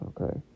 Okay